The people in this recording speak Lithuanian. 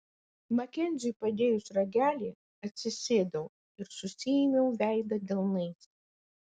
makenziui padėjus ragelį atsisėdau ir susiėmiau veidą delnais